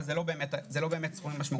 אבל אלה לא סכומים משמעותיים.